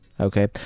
Okay